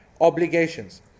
Obligations